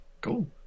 cool